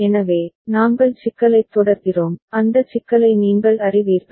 எனவே நாங்கள் சிக்கலைத் தொடர்கிறோம் அந்த சிக்கலை நீங்கள் அறிவீர்கள்